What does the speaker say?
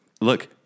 Look